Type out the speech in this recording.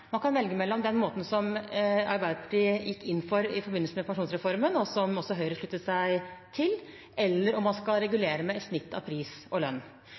Man kan velge mellom det Arbeiderpartiet gikk inn for i forbindelse med pensjonsreformen, som også Høyre sluttet seg til, eller om man skal regulere med et snitt av pris og lønn.